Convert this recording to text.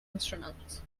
instruments